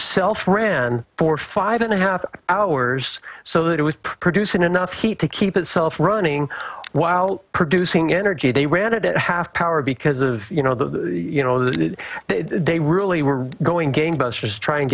self ran for five and a half hours so that it was producing enough heat to keep itself running while producing energy they were added at half power because of you know the you know that they really were going gangbusters to try and